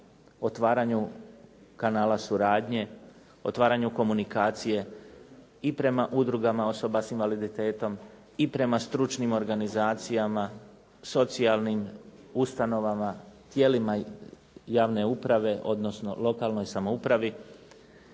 otvaranju kanala suradnje, otvaranju komunikacije i prema udrugama osoba sa invaliditetom i prema stručnim organizacijama, socijalnim ustanovama, tijelima javne uprave, odnosno lokalnoj samoupravi